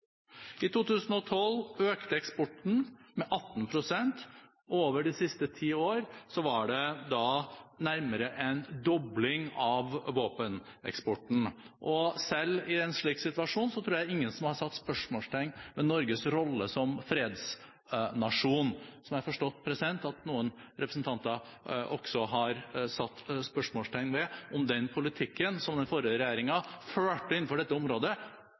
I 2012 økte eksporten med 18 pst., og over de siste ti år har det vært nærmere en dobling av våpeneksporten. Selv i en slik situasjon tror jeg det ikke er noen som har satt spørsmålstegn ved Norges rolle som fredsnasjon. Jeg har forstått at noen representanter har satt spørsmålstegn ved om den politikken som den forrige regjeringen førte innenfor dette området,